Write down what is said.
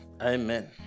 amen